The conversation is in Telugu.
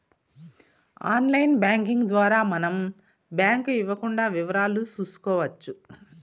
ఆన్లైన్ బ్యాంకింగ్ ద్వారా మనం బ్యాంకు ఇవ్వకుండా వివరాలు చూసుకోవచ్చు